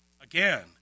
Again